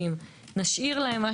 אבל ניתן להם את